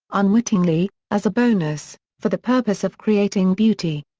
unwittingly, as a bonus, for the purpose of creating beauty.